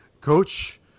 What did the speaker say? Coach